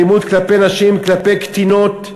אלימות כלפי נשים, כלפי קטינות.